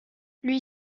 lui